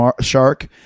shark